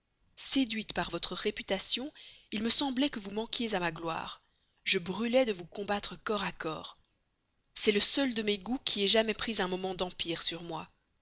séduite par votre réputation il me semblait que vous manquiez à ma gloire je brûlais de vous combattre corps à corps c'est le seul de mes goûts qui ait jamais pris un moment d'empire sur moi